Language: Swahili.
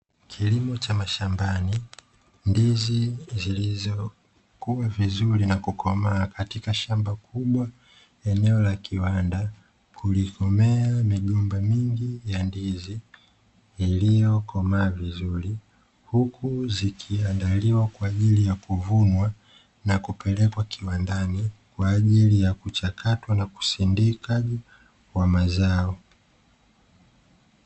Kilimo cha mashambani, ndizi zilizokuwa vizuri na kukomaa katika shamba kubwa, eneo la kiwanda kuna migomba mingi ya ndizi iliyokomaa vizuri, huku zikiandaliwa kwa ajili ya kuvunwa na kupelekwa kiwandani kwa ajili ya kuchakatwa na kusindikaji wa mazao.